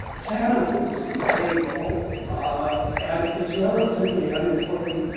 tanf is stable and is relatively unimportant,